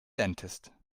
dentist